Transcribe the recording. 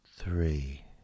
three